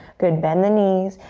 good, bend the knees.